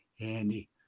Andy